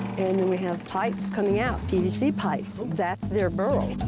and then we have pipes coming out, pvc pipes. that's their burrow.